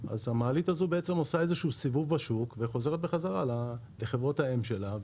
אז המעלית הזאת עושה איזשהו סיבוב בשוק וחוזרת בחזרה לחברות האם שלה,